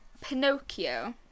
Pinocchio